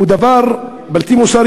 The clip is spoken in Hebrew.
הוא הריסת המסגדים בנגב,